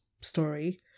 story